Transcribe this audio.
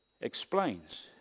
Explains